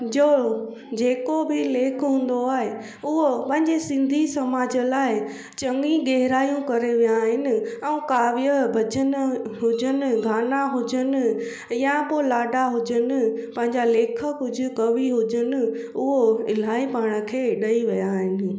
जो जेको बि लेख हूंदो आहे उहा पंहिंजे सिंधी समाज लाइ चंङी गहिरायूं करे विया आहिनि काव्य भॼन हुजनि गाना हुजनि या पोइ लाॾा हुजनि पंहिंजा लेखक हुजे कवि हुजनि उहो इलाही पाण खे ॾेई विया आहिनि